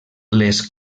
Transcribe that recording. les